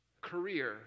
career